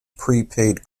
prepaid